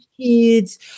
kids